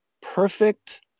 perfect